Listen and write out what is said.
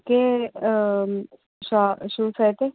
okay షా shoes అయితే